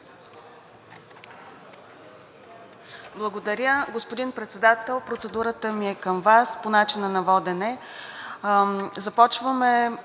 Благодаря. Господин Председател, процедурата ми е към Вас по начина на водене.